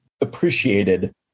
appreciated